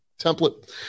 template